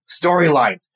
storylines